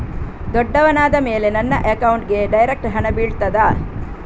ದೊಡ್ಡವನಾದ ಮೇಲೆ ನನ್ನ ಅಕೌಂಟ್ಗೆ ಡೈರೆಕ್ಟ್ ಹಣ ಬೀಳ್ತದಾ?